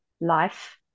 life